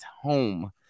home